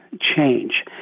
change